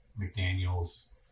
McDaniels